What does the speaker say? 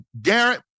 Garrett